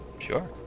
Sure